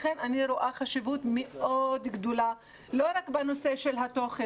אני רואה חשיבות מאוד גדולה לא רק בנושא של התוכן,